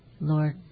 Lord